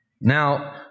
Now